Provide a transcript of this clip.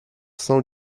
são